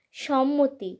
সম্মতি